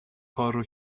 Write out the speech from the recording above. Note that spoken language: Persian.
کارو